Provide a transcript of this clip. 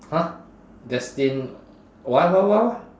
!huh! destined what what what